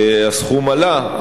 הסכום עלה,